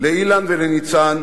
לאילן ולניצן,